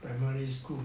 primary school